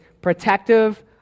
protective